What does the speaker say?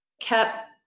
kept